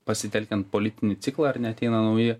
pasitelkiant politinį ciklą ar ne ateina nauji